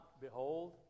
behold